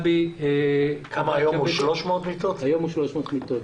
היום יש 300 מיטות?